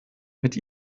mit